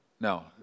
No